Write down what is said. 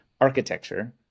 architecture